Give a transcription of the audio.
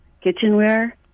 kitchenware